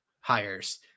hires